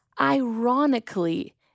Ironically